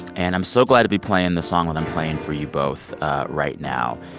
and i'm so glad to be playing this song, what i'm playing for you both right now.